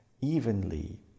evenly